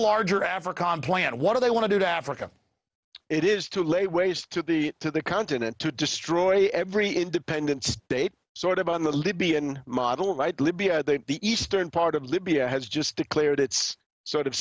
larger african plan what do they want to do to africa it is to lay waste to the to the continent to destroy every independent state sort of on the libyan model right libya the eastern part of libya has just declared its sort of